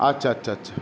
আচ্ছা আচ্ছা আচ্ছা